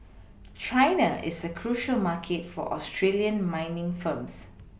China is a crucial market for Australian mining firms